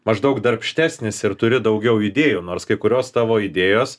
maždaug darbštesnis ir turi daugiau idėjų nors kai kurios tavo idėjos